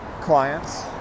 clients